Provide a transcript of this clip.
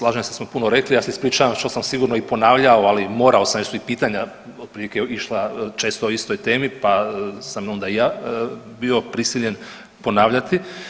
zastupnice, slažem se što puno rekli, ja se ispričavam što sam sigurno i ponavljao, ali morao sam jer su i pitanja otprilike išla često o istoj temi pa sam onda i ja bio prisiljen ponavljati.